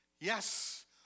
Yes